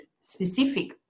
specific